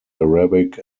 arabic